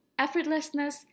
effortlessness